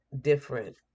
different